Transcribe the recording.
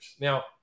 Now